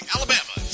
Alabama